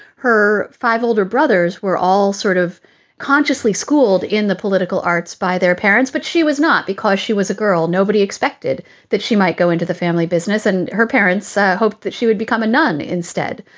her five older brothers were all sort of consciously schooled in the political arts by their parents. but she was not because she was a girl. nobody expected that she might go into the family business and her parents hoped that she would become a nun instead.